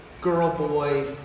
girl-boy